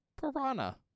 Piranha